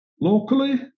Locally